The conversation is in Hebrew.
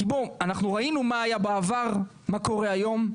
אנחנו ראינו מה היה בעבר, מה קורה היום.